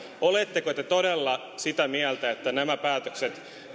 oletteko te todella sitä mieltä että nämä päätökset